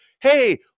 hey